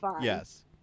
Yes